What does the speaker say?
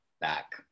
back